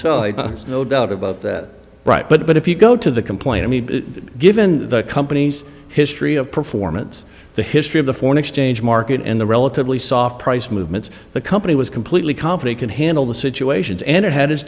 is no doubt about that right but if you go to the complaint i mean given the company's history of performance the history of the foreign exchange market and the relatively soft price movements the company was completely kompany can handle the situations and it had its